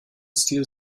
stil